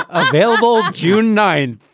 available june nine.